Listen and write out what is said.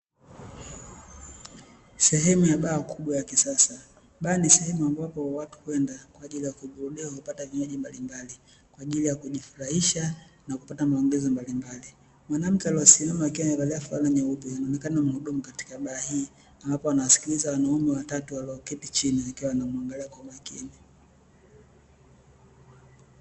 Sehemu ya baa kubwa ya kisasa ambapo watu huenda ili kupata vinywaji kwajili ya kujifurahisha na maongezi mbalimbali, mwanamke aliyesimama huku akiwa amevalia fulana nyeupe akionekana kuwa muhudumu akiwasikiliza wanaume watatu walioketi wakionekana kuwa ni wateja.